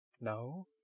No